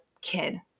kid